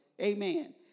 Amen